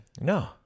No